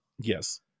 Yes